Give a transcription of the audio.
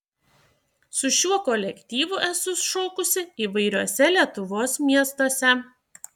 su šiuo kolektyvu esu šokusi įvairiuose lietuvos miestuose